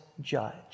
judge